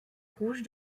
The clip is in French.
rouge